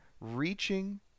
reaching